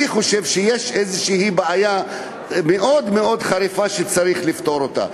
אני חושב שיש פה בעיה מאוד מאוד חריפה שצריך לפתור אותה.